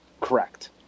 Correct